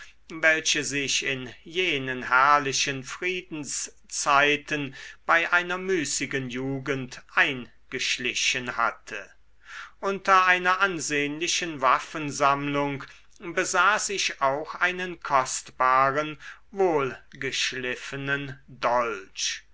welche sich in jenen herrlichen friedenszeiten bei einer müßigen jugend eingeschlichen hatte unter einer ansehnlichen waffensammlung besaß ich auch einen kostbaren wohlgeschliffenen dolch